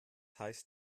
heißt